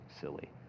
silly